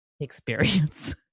experience